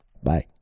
Bye